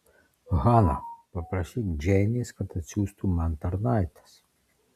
hana paprašyk džeinės kad atsiųstų man tarnaites